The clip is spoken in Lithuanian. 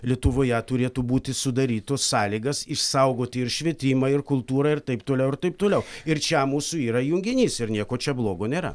lietuvoje turėtų būti sudarytos sąlygas išsaugoti ir švietimą ir kultūrą ir taip toliau ir taip toliau ir čia mūsų yra junginys ir nieko čia blogo nėra